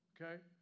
Okay